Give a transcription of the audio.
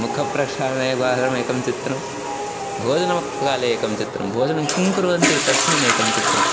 मुखं प्रक्षालने एकवारं एकं चित्रं भोजनकाले एकं चित्रं भोजनं किं कुर्वन्ति तस्मिन् एकं चित्रम्